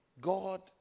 God